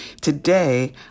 Today